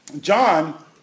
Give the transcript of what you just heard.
John